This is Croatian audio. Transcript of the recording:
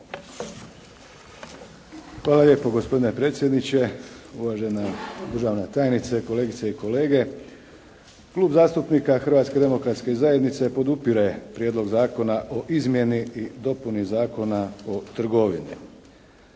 Hvala lijepo gospodine predsjedniče. Uvažena državna tajnice, kolegice i kolege. Klub zastupnika Hrvatske demokratske zajednice podupire Prijedlog zakona o izmjeni i dopuni Zakona o trgovini.